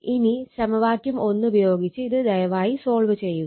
ഇനി സമവാക്യം ഉപയോഗിച്ച് ഇത് ദയവായി സോൾവ് ചെയ്യുക